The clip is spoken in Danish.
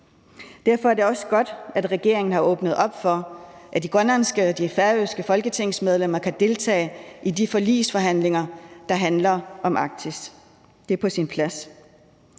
Derfor er det også godt, at regeringen har åbnet op for, at de grønlandske og de færøske folketingsmedlemmer kan deltage i de forligsforhandlinger, der handler om Arktis. Det er på sin plads.